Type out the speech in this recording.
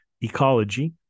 ecology